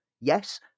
Yes